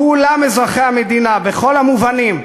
כולם אזרחי המדינה בכל המובנים,